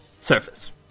surface